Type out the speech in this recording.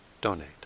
donate